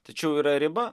tačiau yra riba